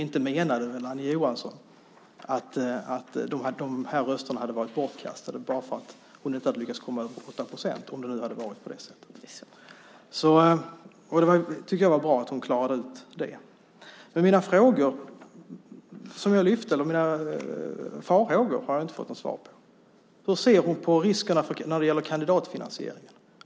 Inte menade väl Annie Johansson att rösterna hade varit bortkastade om hon inte hade lyckats komma över åtta procent? Det var bra att hon klarade ut det. Jag har inte fått några svar när det gäller mina farhågor. Hur ser Annie Johansson på riskerna med att släppa loss krafterna kring kandidatfinansieringen?